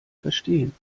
verstehen